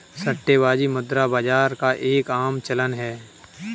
सट्टेबाजी मुद्रा बाजार का एक आम चलन है